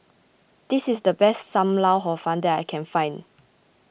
this is the best Sam Lau Hor Fun that I can find